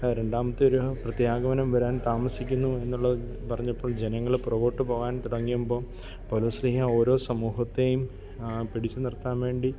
രണ്ടാമത്തെ ഒരു പ്രത്യാഗമനം വരാൻ താമസിക്കുന്നു എന്നുള്ള പറഞ്ഞപ്പോൾ ജനങ്ങളെ പുറകോട്ട് പോകാൻ തുടങ്ങിയപ്പോൾ പൗലോസ് ശ്ലീഹാ ഓരോ സമൂഹത്തെയും പിടിച്ച് നിർത്താൻ വേണ്ടി